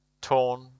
torn